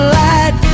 light